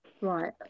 Right